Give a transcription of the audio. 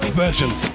versions